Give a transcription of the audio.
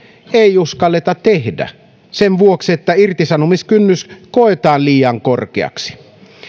ei uskalleta tehdä sen vuoksi että irtisanomiskynnys koetaan liian korkeaksi